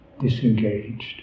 Disengaged